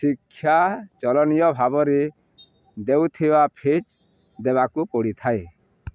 ଶିକ୍ଷା ଚଳନୀୟ ଭାବରେ ଦେଉଥିବା ଫିଜ୍ ଦେବାକୁ ପଡ଼ିଥାଏ